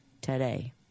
today